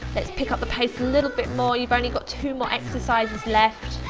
let's pick up the pace a little bit more. you've only got two more exercises left.